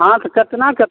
हँ तऽ केतना केतना